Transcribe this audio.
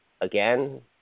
again